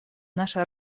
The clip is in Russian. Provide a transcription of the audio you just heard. наша